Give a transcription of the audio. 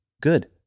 good